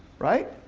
right?